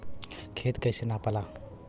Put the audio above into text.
खेत कैसे नपाला?